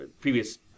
previous